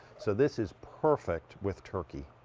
so this is perfect with turkey.